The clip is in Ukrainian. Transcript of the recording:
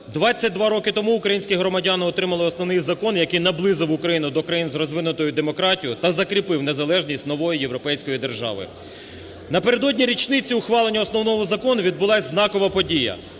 22 роки тому українські громадяни отримали Основний закон, який наблизив Україну до країн з розвинутою демократією та закріпив незалежність нової європейської держави. Напередодні річниці ухвалення Основного Закону відбулася знакова подія: